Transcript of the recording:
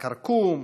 כרכום,